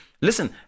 listen